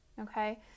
okay